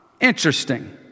interesting